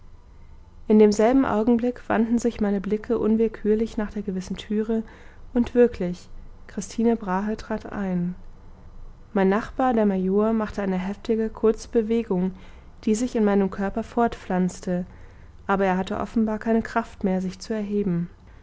in demselben augenblick wandten sich meine blicke unwillkürlich nach der gewissen türe und wirklich christine brahe trat ein mein nachbar der major machte eine heftige kurze bewegung die sich in meinen körper fortpflanzte aber er hatte offenbar keine kraft mehr sich zu erheben